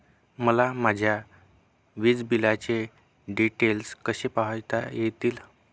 मला माझ्या वीजबिलाचे डिटेल्स कसे पाहता येतील?